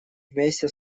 вместе